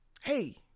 hey